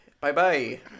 Bye-bye